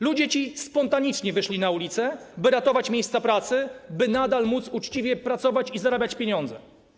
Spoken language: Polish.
Ludzie ci spontanicznie wyszli na ulicę, by ratować miejsca pracy, by nadal móc uczciwie pracować i zarabiać pieniądze.